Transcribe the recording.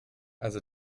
also